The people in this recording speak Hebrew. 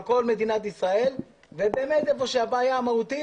על כל מדינת ישראל ובאמת היכן שהבעיה מהותית,